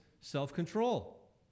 self-control